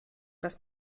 das